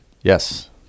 Yes